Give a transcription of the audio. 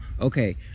Okay